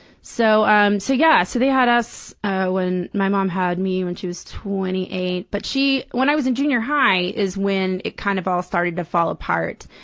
so um so yeah, so they had us when my mom had me when she was twenty eight but she when i was in junior high is when it kind of all started to fall apart.